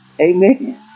Amen